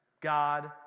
God